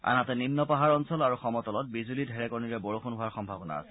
আনহাতে নিন্ন পাহাৰ অঞ্চল আৰু সমতলত বিজুলী ধেৰেকণিৰে বৰষুণ হোৱাৰ সম্ভাৱনা আছে